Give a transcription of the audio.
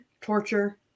torture